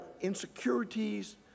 insecurities